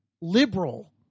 liberal